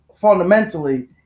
fundamentally